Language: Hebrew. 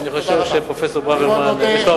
אני חושב שפרופסור ברוורמן יוסיף.